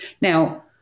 Now